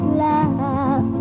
love